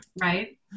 Right